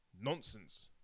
nonsense